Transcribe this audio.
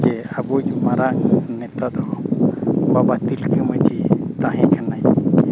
ᱡᱮ ᱟᱵᱚᱭᱤᱡ ᱢᱟᱨᱟᱝ ᱱᱮᱛᱟ ᱫᱚ ᱵᱟᱵᱟ ᱛᱤᱞᱠᱟᱹ ᱢᱟᱹᱡᱷᱤ ᱛᱟᱦᱮᱸ ᱠᱟᱱᱟᱭ